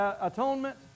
atonement